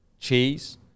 Cheese